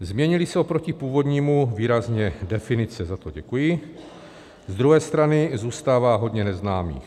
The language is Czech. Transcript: Změnily se oproti původnímu výrazně definice, za to děkuji, z druhé strany zůstává hodně neznámých.